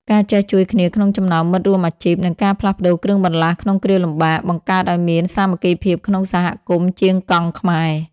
ការចេះជួយគ្នាក្នុងចំណោមមិត្តរួមអាជីព និងការផ្លាស់ប្តូរគ្រឿងបន្លាស់ក្នុងគ្រាលំបាក បង្កើតឱ្យមានសាមគ្គីភាពក្នុងសហគមន៍ជាងកង់ខ្មែរ។